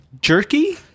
Jerky